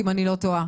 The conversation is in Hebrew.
אם אני לא טועה.